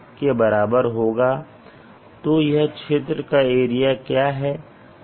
तो यह क्षेत्र का एरिया क्या है